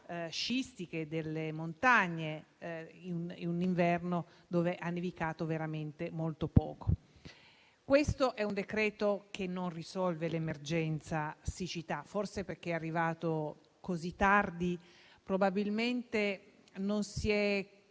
sciistiche delle montagne, in un inverno in cui ha nevicato veramente molto poco. Il provvedimento in esame non risolve l'emergenza siccità, forse perché è arrivato così tardi; probabilmente non si